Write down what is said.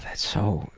so